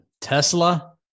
Tesla